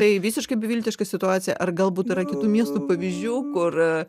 tai visiškai beviltiška situacija ar galbūt yra kitų miestų pavyzdžių kur